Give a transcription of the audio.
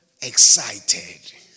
excited